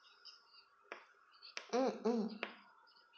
mm mm